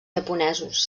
japonesos